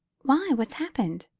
why, what's happened?